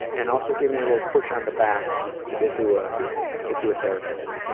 and also giving you a little push on the back to get to ah get to a therapist,